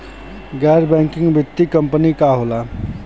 गैर बैकिंग वित्तीय कंपनी का होला?